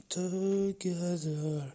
together